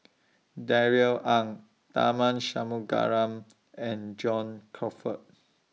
Darrell Ang Tharman Shanmugaratnam and John Crawfurd